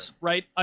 right